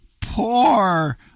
poor